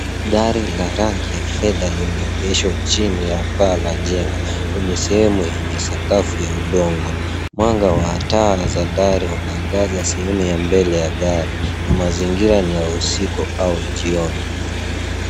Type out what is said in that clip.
Gari la rangi ya fedha limeegeshwa chini ya paa la jengo, kwenye sehemu yenye sakafu ya udongo. Mwanga wa taa za dari unaangaza sehemu ya mbele ya gari na mazingira ni ya usiku au jioni.